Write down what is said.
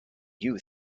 youth